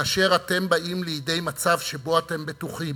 כאשר אתם באים לידי מצב שבו אתם בטוחים